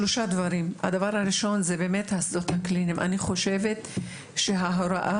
לגבי השדות הקליניים - אני חושבת שההוראה